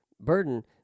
Burden